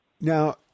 Now